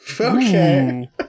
Okay